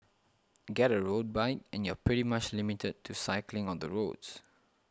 get a road bike and you're pretty much limited to cycling on the roads